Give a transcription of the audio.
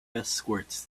escorts